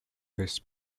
this